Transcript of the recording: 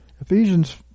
Ephesians